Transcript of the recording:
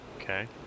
Okay